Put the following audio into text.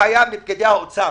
הבעיה בפקידי האוצר.